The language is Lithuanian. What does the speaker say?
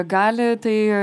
gali tai